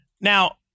Now